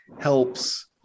helps